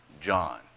John